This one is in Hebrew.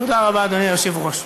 תודה רבה, אדוני היושב-ראש,